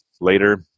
later